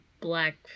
black